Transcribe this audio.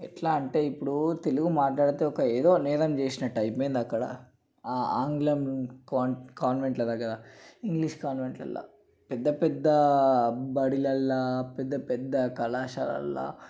ఎట్లా అంటే ఇప్పుడు తెలుగుమాట్లాడితే ఒక ఏదో నేరం చేసినట్టైపోయింది అక్కడ ఆ ఆంగ్లం కాన్వెంట్ల దగ్గర ఇంగ్షీష్ కాన్వెంట్లల్ల పెద్ద పెద్ద బడిలల్ల పెద్ద పెద్ద కళాశాలల్ల